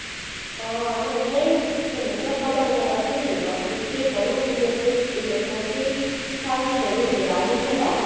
अँ होइन यहीँ के भन्छ बजारबाट केही लिएर केकहरू उयो पेस्ट उयो अब केही स्यान्डविचहरू लिएर आइदिउँ न ल